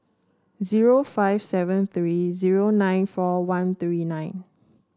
zero five seven three zero nine four one three nine